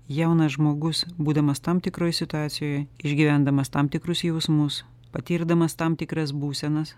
jaunas žmogus būdamas tam tikroj situacijoj išgyvendamas tam tikrus jausmus patirdamas tam tikras būsenas